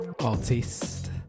artist